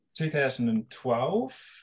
2012